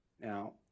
Now